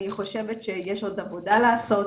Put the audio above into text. אני חושבת שיש עוד עבודה לעשות,